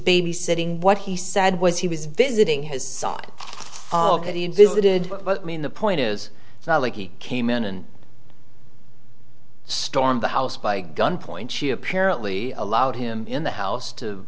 babysitting what he said was he was visiting his side of the unvisited but mean the point is it's not like he came in and stormed the house by gunpoint she apparently allowed him in the house to